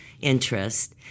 interest